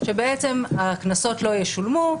שהקנסות לא ישולמו,